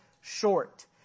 short